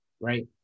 right